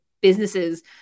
businesses